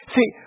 See